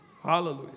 Hallelujah